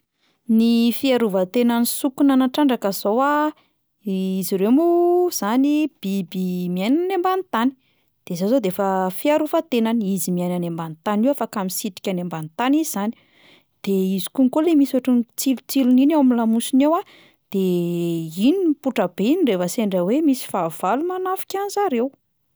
Ny fiarovan-tenan'ny sokina na trandraka izao a, i- izy ireo moa zany biby miaina any ambany tany, de zay zao de efa fiarovan-tenany, izy miaina any ambany tany io afaka misitrika any ambany tany izy 'zany, de izy konko le misy ohatry ny tsilotsilony iny ao amin'ny lamosiny ao a, de iny mipoitra be rehefa sendra hoe misy fahavalo manafika an'zareo.